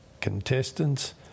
contestants